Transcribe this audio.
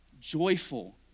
joyful